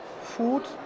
food